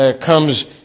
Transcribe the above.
comes